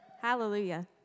Hallelujah